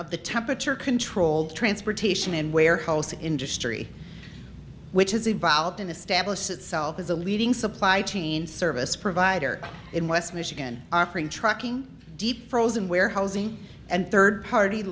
of the temperature controlled transportation and warehouse industry which is involved in establishing itself as a leading supply chain service provider in west michigan offering trucking deep frozen warehousing and third party